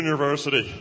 University